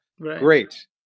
Great